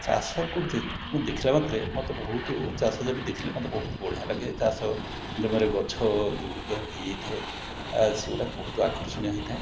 ଚାଷକୁ ଯେତେ ମୁଁ ଦେଖିଲା ମାତ୍ରେ ମୋତେ ବହୁତ ଚାଷଜମି ଦେଖିଲେ ମୋତେ ବହୁତ ବଢ଼ିଆ ଲାଗେ ଚାଷ ଜମିରେ ଗଛ ଯେଉଁଗୁଡ଼ିକ ହେଇଯାଇଥାଏ ଆ ସେଗୁଡ଼ାକ ବହୁତ ଆକର୍ଷଣୀୟ ହେଇଥାଏ